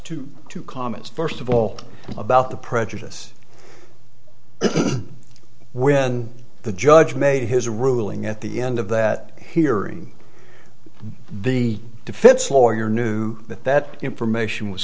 to two comments first of all about the prejudice when the judge made his ruling at the end of that hearing the defense lawyer knew that that information was